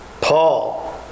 Paul